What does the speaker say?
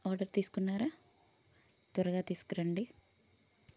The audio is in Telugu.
ఆర్డర్ తీసుకున్నారా త్వరగా తీసుకురండి